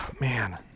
man